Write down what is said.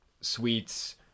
Sweets